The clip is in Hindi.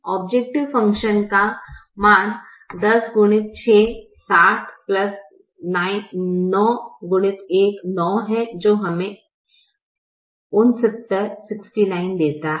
औब्जैकटिव फ़ंक्शन का मान 10 x 6 60 है जो हमें 69 देता है